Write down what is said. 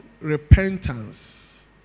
repentance